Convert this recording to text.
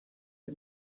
the